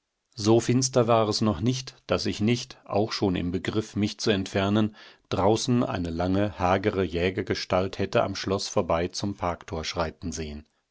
so finster war es noch nicht daß ich nicht auch schon im begriff mich zu entfernen draußen eine lange hagere jägergestalt hätte am schloß vorbei zum parktor schreiten sehen